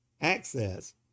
access